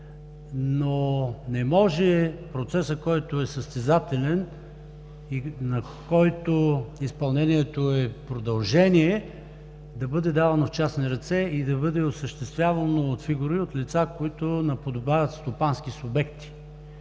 Не може процесът, който е състезателен, на който изпълнението е продължение, да бъде даван в частни ръце и да бъде осъществяван от фигури, от лица, които наподобяват стопански субекти.